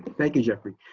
thank you. jeffrey